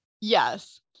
Yes